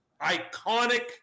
iconic